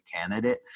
candidate